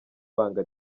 banga